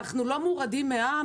אנחנו לא מורדים מעם,